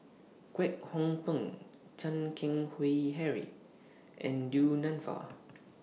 Kwek Hong Png Chan Keng Howe Harry and Du Nanfa